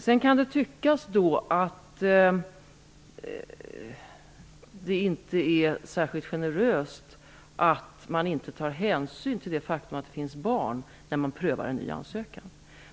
Det kan tyckas att det inte är särskilt generöst att man inte tar hänsyn till det faktum att det finns barn med i bilden, när man prövar en ny ansökan.